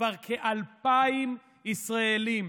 כבר כ-2,000 ישראלים,